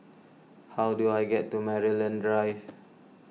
how do I get to Maryland Drive